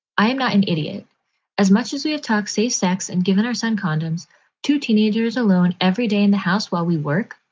i am not an idiot as much as we have toxi sex and given our son condoms to teenagers alone every day in the house while we work.